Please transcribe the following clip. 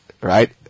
right